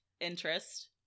interest